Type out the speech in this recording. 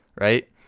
Right